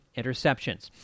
interceptions